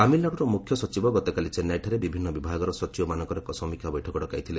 ତାମିଲ୍ନାଡୁର ମୁଖ୍ୟ ସଚିବ ଗତକାଲି ଚେନ୍ନାଇଠାରେ ବିଭିନ୍ନ ବିଭାଗର ସଚିବମାନଙ୍କର ଏକ ସମୀକ୍ଷା ବୈଠକ ଡକାଇଥିଲେ